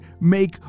make